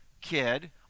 kid